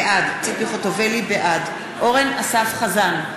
בעד אורן אסף חזן,